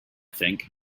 think